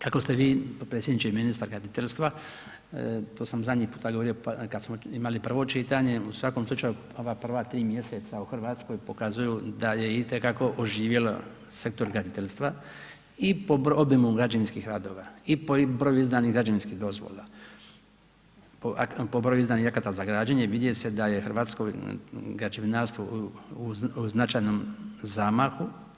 Kako ste vi potpredsjedniče i ministar graditeljstva, to sam zadnji puta govorio kada smo imali prvo čitanje, u svakom slučaju ova prva tri mjeseca u Hrvatskoj pokazuju da je itekako oživjelo sektor graditeljstva i po obimu građevinskih radova i po broju izdanih građevinskih dozvola, po broju izdanih akata za građenje, vidi se da je u Hrvatskoj građevinarstvo u značajnom zamahu.